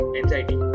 anxiety